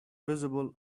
visible